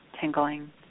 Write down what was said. tingling